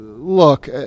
look